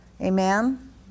Amen